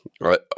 right